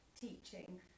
teaching